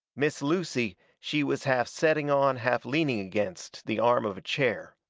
miss lucy, she was half setting on, half leaning against, the arm of a chair.